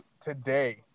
today